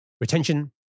retention